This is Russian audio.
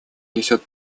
несет